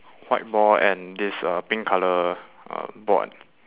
white ball and this uh pink colour uh board